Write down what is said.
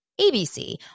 ABC